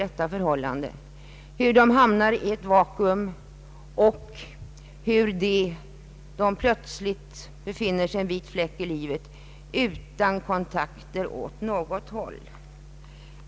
Barnen hamnar i ett vacuum och har kanske inte kontakter åt något håll.